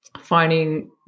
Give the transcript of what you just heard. finding